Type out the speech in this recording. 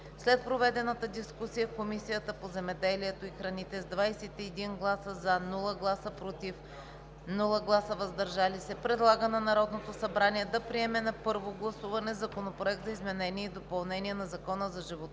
След проведената дискусия Комисията по земеделието и храните с 21 гласа „за“, без „против“ и „въздържали се“ предлага на Народното събрание да приеме на първо гласуване Законопроект за изменение и допълнение на Закона за